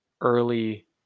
early